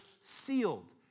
sealed